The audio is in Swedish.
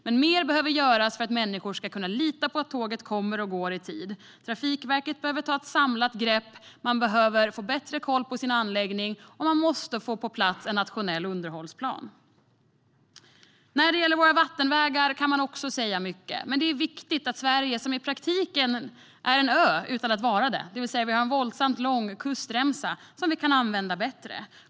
Men mer behöver göras för att människor ska kunna lita på att tåget kommer och går i tid. Trafikverket behöver ta ett samlat grepp, få bättre koll på sin anläggning och få en nationell underhållsplan på plats. När det gäller våra vattenvägar kan man också säga mycket. Sverige är i praktiken en ö utan att vara det, det vill säga vi har en våldsamt lång kustremsa som vi kan använda bättre.